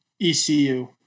ECU